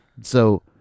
So-